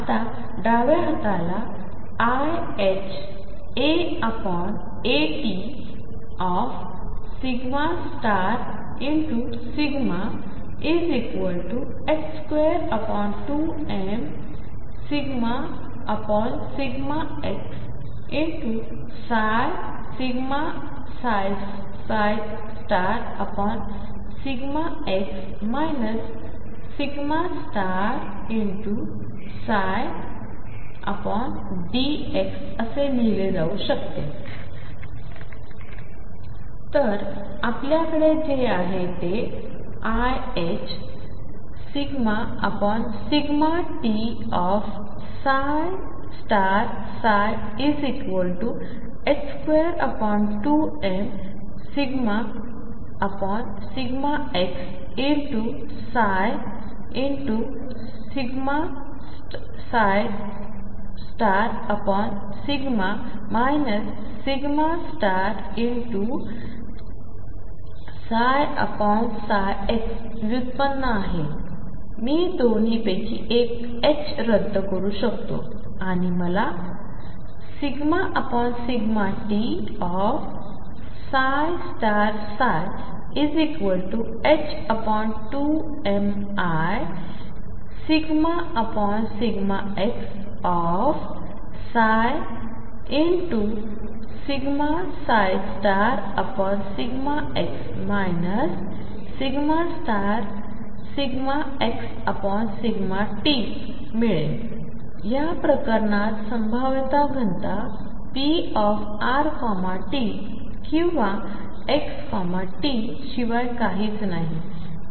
आताडाव्याहातालाiℏ ∂t22m ∂x∂x ∂ψ∂xअसेलिहिलेजाऊशकते तर आपल्याकडेजेआहेतेiℏ ∂t22m ∂x∂x ∂ψ∂xव्युत्पन्नआहेमीदोन्हीपैकीएकरद्दकरूशकतोआणिमला ∂t2mi ∂x∂x ∂ψ∂xमिळतेयाप्रकरणातसंभाव्यताघनताρrt or xtशिवायकाहीचनाही